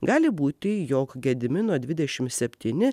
gali būti jog gedimino dvidešim septyni